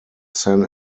san